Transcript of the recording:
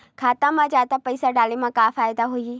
खाता मा जादा पईसा डाले मा का फ़ायदा होही?